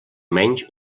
menys